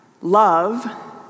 love